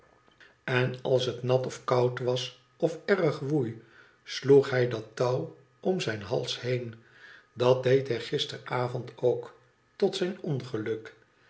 en als het nat of koud was of erg woei sloeg hij dat touw om zijn hals heen dat deed hij gisteravond ook tot zijn ongeluk